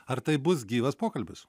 ar tai bus gyvas pokalbis